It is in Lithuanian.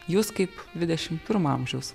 jus kaip dvidešim pirmo amžiaus